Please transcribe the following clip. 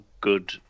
good